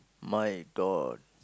my god